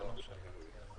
אבל כלי נוסף,